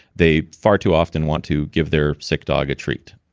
they far too often want to give their sick dog a treat.